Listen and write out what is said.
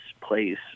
place